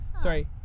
Sorry